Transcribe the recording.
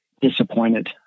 disappointed